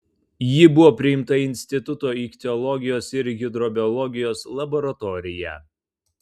ji buvo priimta į instituto ichtiologijos ir hidrobiologijos laboratoriją